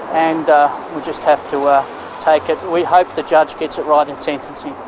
and we just have to ah take it. we hope the judge gets it right in sentencing.